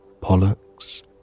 Pollux